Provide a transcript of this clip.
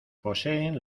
poseen